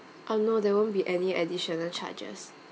uh no there won't be any additional charges